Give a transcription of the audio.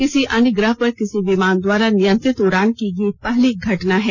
किसी अन्य ग्रह पर किसी विमान द्वारा नियंत्रित उड़ान की यह पहली घटना है